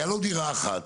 הייתה לו דירה אחת,